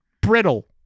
brittle